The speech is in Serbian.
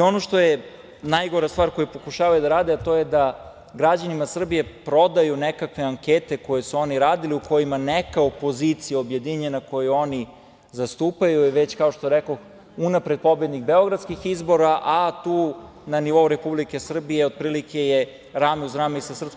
Ono što je najgora stvar koju pokušavaju da rade, to je da građanima Srbije prodaju nekakve ankete koje su oni radili, u kojima neka opozicija objedinjena koju oni zastupaju je već, kao što rekoh, unapred pobednik beogradskih izbora, a tu na nivou Republike Srbije otprilike je rame uz rame sa SNS